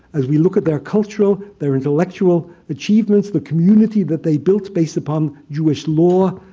as we look at their cultural, their intellectual achievements, the community that they built based upon jewish law,